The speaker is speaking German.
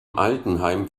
altenheim